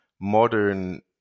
modern